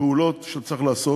פעולות שצריך לעשות,